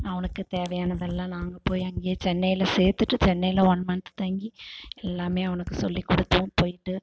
அவனுக்குத் தேவையானதெல்லாம் நாங்கள் போய் அங்கேயே சென்னையில் சேர்த்துட்டு சென்னையில் ஒன் மந்த்து தங்கி எல்லாமே அவனுக்குச் சொல்லிக் கொடுத்தோம் போய்விட்டு